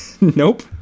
Nope